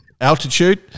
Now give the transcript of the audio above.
Altitude